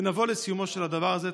ונבוא לסיומו של הדבר הזה.